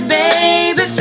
baby